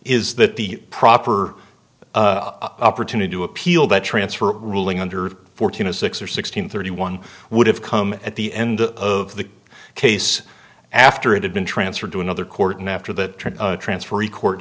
is that the proper opportunity to appeal that transfer ruling under fourteen a six or sixteen thirty one would have come at the end of the case after it had been transferred to another court and after that transfer